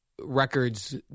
records